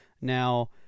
now